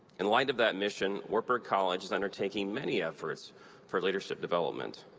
in light of that mission, wartburg college is undertaking many efforts for leadership development.